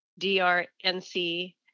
DRNC